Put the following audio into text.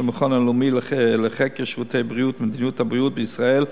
המכון הלאומי לחקר שירותי בריאות ומדיניות הבריאות בישראל,